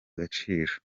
agaciro